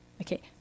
Okay